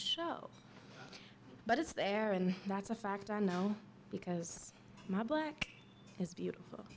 show but it's there and that's a fact i know because my black is beautiful